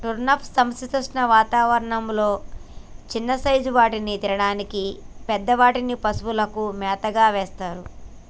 turnip సమశీతోష్ణ వాతావరణం లొ చిన్న సైజ్ వాటిని తినడానికి, పెద్ద వాటిని పశువులకు మేతగా వేస్తారు